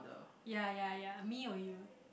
ya ya ya me or you